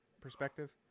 perspective